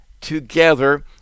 together